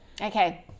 Okay